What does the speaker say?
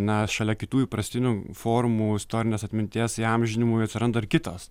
na šalia kitų įprastinių formų istorinės atminties įamžinimui atsiranda ir kitos